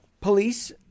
police